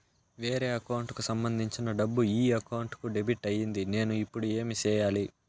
వేరే అకౌంట్ కు సంబంధించిన డబ్బు ఈ అకౌంట్ కు డెబిట్ అయింది నేను ఇప్పుడు ఏమి సేయాలి